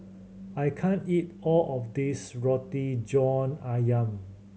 I can't eat all of this Roti John Ayam